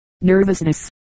nervousness